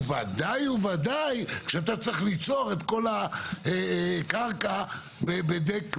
וודאי וודאי אם אתה צריך לחצוב את כל הקרקע בדק מלאכותי.